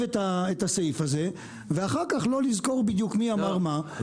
את הסעיף הזה ואחר כך לא לזכור בדיוק מי אמר מה,